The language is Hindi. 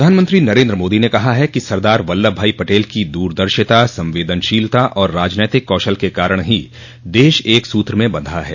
प्रधानमंत्री नरेन्द्र मोदी ने कहा है कि सरदार बल्लभभाई पटेल की दूरदर्शिता संवेदनशीलता और राजनीतिक कौशल के कारण ही देश एक सूत्र में बंधा है